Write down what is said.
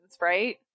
right